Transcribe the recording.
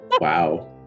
wow